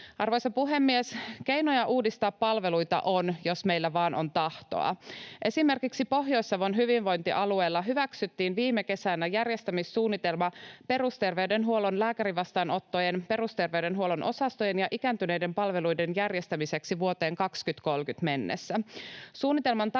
Arvoisa puhemies! Keinoja uudistaa palveluita on, jos meillä vaan on tahtoa. Esimerkiksi Pohjois-Savon hyvinvointialueella hyväksyttiin viime kesänä järjestämissuunnitelma perusterveydenhuollon lääkärivastaanottojen, perusterveydenhuollon osastojen ja ikääntyneiden palveluiden järjestämiseksi vuoteen 2030 mennessä.